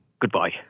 Goodbye